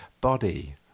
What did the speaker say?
body